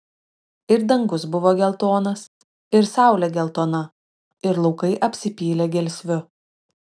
ir dangus buvo geltonas ir saulė geltona ir laukai apsipylė gelsviu